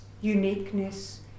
uniqueness